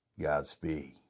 Godspeed